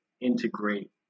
integrate